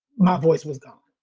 my voice was gone.